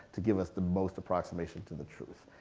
to give us the most approximation to the truth.